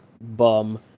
bum